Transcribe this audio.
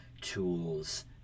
tools